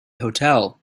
hotel